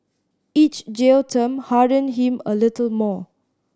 each jail term hardened him a little more